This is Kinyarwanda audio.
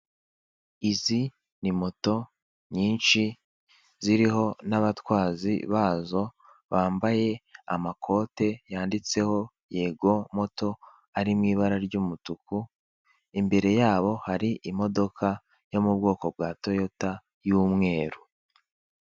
Izi ni moto nyinshi ziriho n'abatwazi bazo bambaye amakote yanditseho yego moto ari mu ibara ry'umutuku, imbere yabo hari imodoka yo mu bwoko bwa toyota y'umweru.